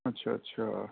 اچھا اچھا